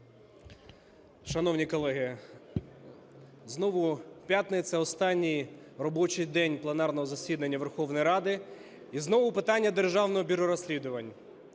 Шановні колеги, знову п'ятниця, останній робочий день пленарного засідання Верховної Ради, і знову питання Державного бюро розслідувань.